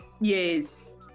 Yes